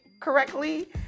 correctly